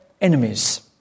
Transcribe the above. enemies